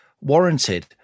warranted